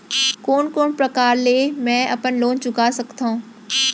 कोन कोन प्रकार ले मैं अपन लोन चुका सकत हँव?